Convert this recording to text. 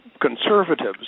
conservatives